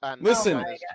Listen